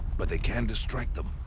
but they can distract them.